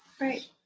right